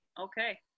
Okay